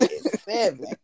seven